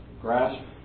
grasp